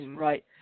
right